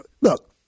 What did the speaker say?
look